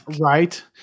right